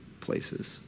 places